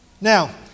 now